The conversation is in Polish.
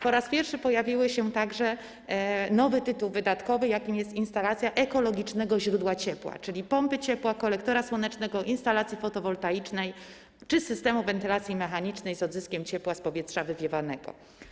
Po raz pierwszy pojawił się także nowy tytuł wydatkowy, jakim jest instalacja ekologicznego źródła ciepła, czyli pompy ciepła, kolektora słonecznego, instalacji fotowoltaicznej czy systemu wentylacji mechanicznej z odzyskiem ciepła z powietrza wywiewanego.